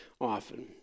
often